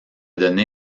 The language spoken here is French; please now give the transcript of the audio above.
donné